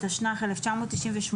התשנ"ח-1998,